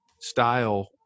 style